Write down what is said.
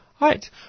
Right